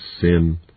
sin